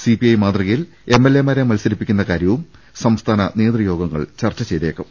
CPI മാതൃകയിൽ എംഎൽഎമാരെ മത്സരിപ്പി ക്കുന്ന കാര്യവും സംസ്ഥാന നേതൃയോഗങ്ങൾ ചർച്ച ചെയ്തേക്കും